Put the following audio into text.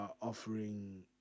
offering